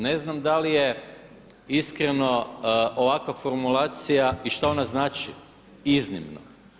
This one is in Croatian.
Ne znam da li je iskreno ovakva formulacija i šta ona znači iznimno?